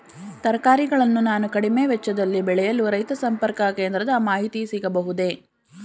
ತರಕಾರಿಗಳನ್ನು ನಾನು ಕಡಿಮೆ ವೆಚ್ಚದಲ್ಲಿ ಬೆಳೆಯಲು ರೈತ ಸಂಪರ್ಕ ಕೇಂದ್ರದ ಮಾಹಿತಿ ಸಿಗಬಹುದೇ?